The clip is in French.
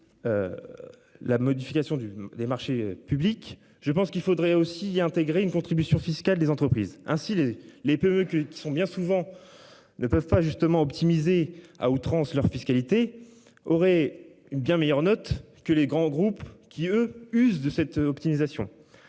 La modification du des marchés publics. Je pense qu'il faudrait aussi intégrer une contribution fiscale des entreprises ainsi les les PE qui qui sont bien souvent ne peuvent pas justement optimisée à outrance, leur fiscalité aurait une bien meilleure note que les grands groupes qui, eux, use de cette optimisation